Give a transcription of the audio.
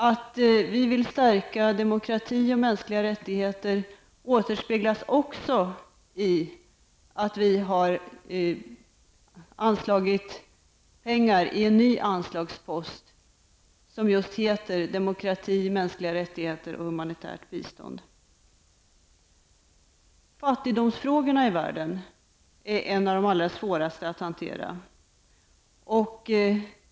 Att vi vill stärka demokrati och mänskliga rättigheter återspeglas också i att vi har anslagit pengar i en ny anslagspost som just heter, Demokrati, mänskliga rättigheter och humanitärt bistånd. Fattigdomsfrågan i världen är en av de allra svåraste att hantera.